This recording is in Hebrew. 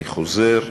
אני חוזר,